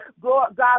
God